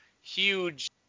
huge